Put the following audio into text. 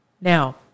Now